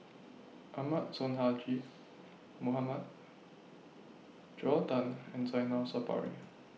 Ahmad Sonhadji Mohamad Joel Tan and Zainal Sapari